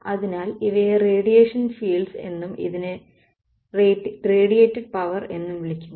അതിനാൽ ഇവയെ radiation fields എന്നും ഇതിനെ റേഡിയേറ്റ്ഡ് പവർ എന്നും വിളിക്കുന്നു